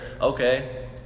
okay